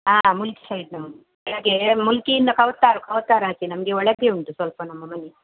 ಹಾಂ ಮುಲ್ಕಿ ಸೈಡ್ ನಮ್ಮದು ಯಾಕೆ ಮುಲ್ಕಿಯಿಂದ ಕವತ್ತಾರು ಕವತ್ತಾರು ಹಾಕಿ ನಮಗೆ ಒಳಗೆ ಉಂಟು ಸ್ವಲ್ಪ ನಮ್ಮ ಮನೆ